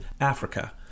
Africa